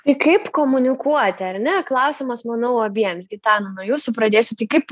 tai kaip komunikuoti ar ne klausimas manau abiems gitana nuo jūsų pradėsiu tai kaip